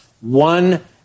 one